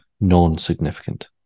Non-significant